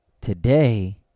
today